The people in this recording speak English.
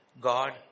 God